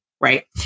right